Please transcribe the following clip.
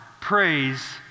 praise